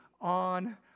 on